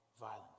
violence